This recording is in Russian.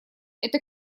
это